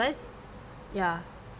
do I ya